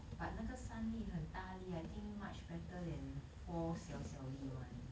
but 那个三粒很大粒 I think much better than four 小小粒 one